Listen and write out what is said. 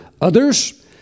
Others